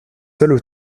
seules